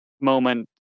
moment